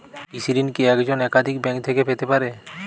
কৃষিঋণ কি একজন একাধিক ব্যাঙ্ক থেকে পেতে পারে?